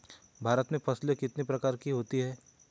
भारत में फसलें कितने प्रकार की होती हैं?